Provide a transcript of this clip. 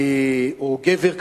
או גבר,